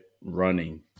running